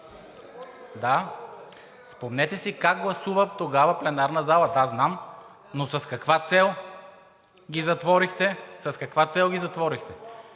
Да, спомнете си как гласува тогава пленарната зала. Да, знам, но с каква цел ги затворихте? С каква цел ги затворихте?!